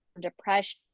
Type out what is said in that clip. depression